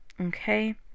okay